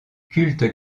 culte